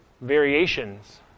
variations